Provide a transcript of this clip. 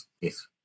Yes